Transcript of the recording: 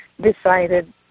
decided